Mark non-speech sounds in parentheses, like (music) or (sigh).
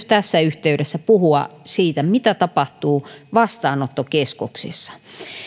(unintelligible) tässä yhteydessä puhua myös siitä mitä tapahtuu vastaanottokeskuksissa